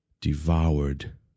devoured